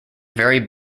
very